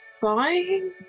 fine